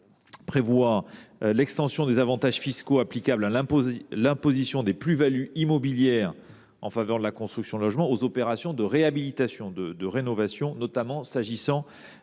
vise à étendre les avantages fiscaux applicables à l’imposition des plus values immobilières en faveur de la construction de logements aux opérations de réhabilitation et de rénovation, notamment pour